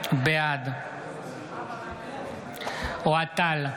בעד אוהד טל,